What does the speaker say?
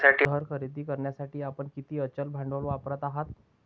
घर खरेदी करण्यासाठी आपण किती अचल भांडवल वापरत आहात?